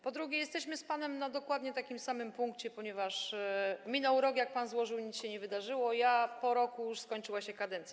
Po drugie, jesteśmy z panem w dokładnie takim samym punkcie, ponieważ minął rok, jak pan złożył, i nic się nie wydarzyło, ja... po roku już skończyła się kadencja.